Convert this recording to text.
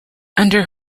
under